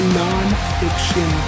non-fiction